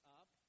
up